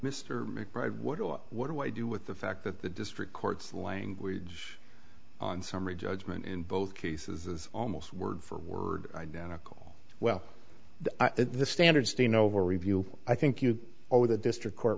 or what do i do with the fact that the district court's language on summary judgment in both cases almost word for word identical well the standard steen over review i think you owe the district court